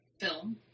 film